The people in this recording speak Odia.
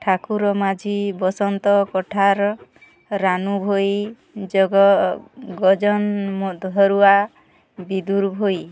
ଠାକୁରମାଝୀ ବସନ୍ତ କଠାର ରାନୁ ଭୋଇ ଜଗ ଗଜନ୍ ମଧରୁଆ ବିଦୁର୍ ଭୋଇ